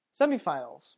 semifinals